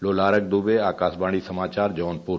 लोलारक दूबे आकाशवाणी समाचार जौनपुर